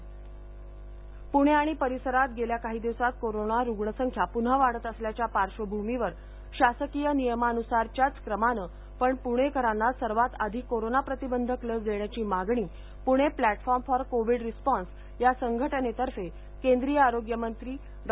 corona पणे पुणे आणि परिसरात गेल्या काही दिवसात कोरोना रुग्णसंख्या पुन्हा वाढत असल्याच्या पार्श्वभूमीवर शासकीय नियमानुसारच्याच क्रमानं पण पुणेकरांना सर्वात आधी कोरोना प्रतिबंधक लस देण्याची मागणी Pune platform for covid response या संघटनेतर्फे केंद्रीय आरोग्य मंत्री डॉ